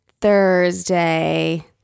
Thursday